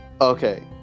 Okay